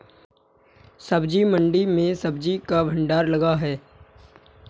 सब्जी मंडी में सब्जी का भंडार लगा है